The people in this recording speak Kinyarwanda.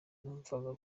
numvaga